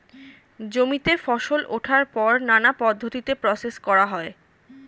জমিতে ফসল ওঠার পর নানা পদ্ধতিতে প্রসেস করা হয়